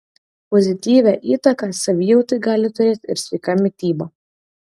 pozityvią įtaką savijautai gali turėti ir sveika mityba